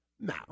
Now